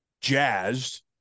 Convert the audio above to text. jazzed